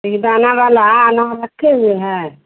बेदाना वाला अनार रखे हुए हैं